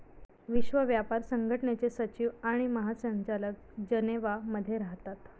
विश्व व्यापार संघटनेचे सचिव आणि महासंचालक जनेवा मध्ये राहतात